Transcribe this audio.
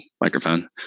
microphone